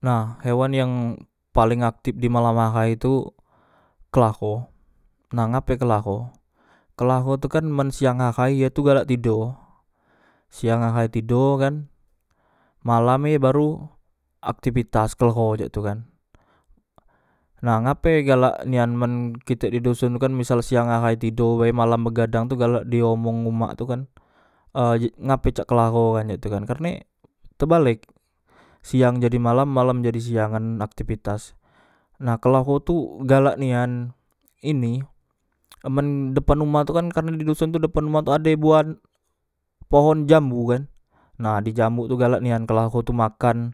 Nah hewan yang paleng aktip di malam ahay tu klaho nah ngape klaho klaho tu kan men siang ahay ye tu galak tedo siang ahay tedo kan malam e baru aktipitas kleho cek tu kan nah ngape galak nian men kite men di doson tu kan siang ahay tedo be malam begadang tu galak di omong umak tu kan ay ngape cak klaho kan karne tebalek siang jadi malam malam jadi siang kan aktipitas nah klaho tu galak nian ini amen depan uma tu kan karne depan uma tu ade buah pohon jambu kan nah di jambuk tu galak nian klaho tu makan